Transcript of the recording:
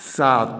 सात